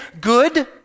good